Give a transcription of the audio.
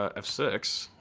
ah f six,